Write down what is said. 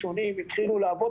האלה,